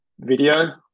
Video